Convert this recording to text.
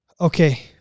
Okay